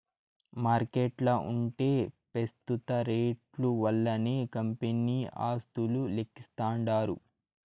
మార్కెట్ల ఉంటే పెస్తుత రేట్లు వల్లనే కంపెనీ ఆస్తులు లెక్కిస్తాండారు